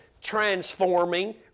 transforming